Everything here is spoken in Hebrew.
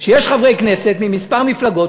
שיש חברי כנסת ממספר מפלגות,